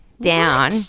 down